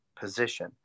position